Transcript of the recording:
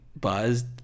buzzed